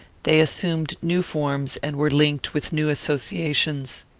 they assumed new forms, and were linked with new associations.